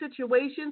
situations